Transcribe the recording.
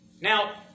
Now